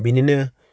बिदिनो